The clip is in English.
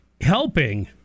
helping